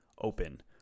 open